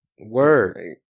Word